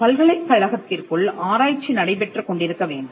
பல்கலைக்கழகத்திற்குள் ஆராய்ச்சி நடைபெற்றுக் கொண்டிருக்க வேண்டும்